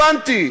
הבנתי.